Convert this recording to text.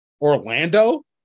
Orlando